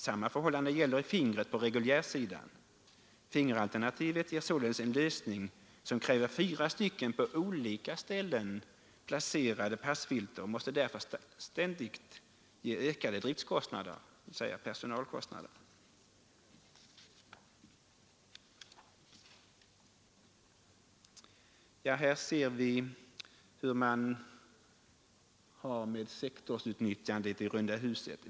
Samma förhållande gäller i fingret på reguljärsidan. Fingeralternativet ger således en lösning som kräver fyra på olika ställen placerade passfilter och måste därför ges ökade driftkostnader, dvs. personalkostnader. Vi ser på nästa bild hur det är med sektorsutnyttjandet i runda huset.